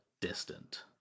distant